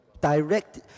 Direct